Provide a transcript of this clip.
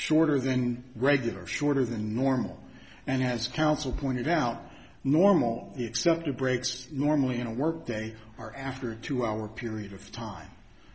shorter than regular shorter than normal and has counsel pointed out normal except the greats normally in a work day are after a two hour period of time